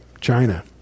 China